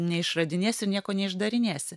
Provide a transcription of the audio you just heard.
neišradinėsi ir nieko neišdarinėsi